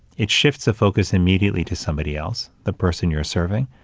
it shifts the focus immediately to somebody else, the person you're serving,